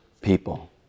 people